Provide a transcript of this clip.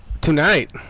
tonight